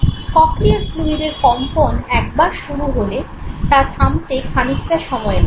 cochlear ফ্লুইডের কম্পন একবার শুরু হলে তা থামতে খানিকটা সময় লাগবে